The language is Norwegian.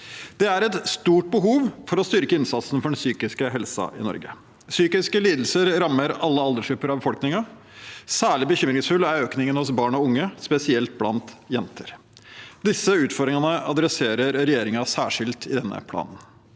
Det er et stort behov for å styrke innsatsen for den psykiske helsen i Norge. Psykiske lidelser rammer alle aldersgrupper av befolkningen. Særlig bekymringsfull er økningen hos barn og unge, spesielt blant jenter. Disse utfordringene tar regjeringen særskilt opp i denne planen.